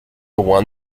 won